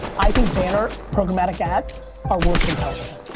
i think banner programmatic ads are worse than television.